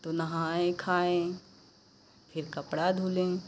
तो नहाए खाए फिर कपड़ा धुले